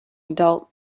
adult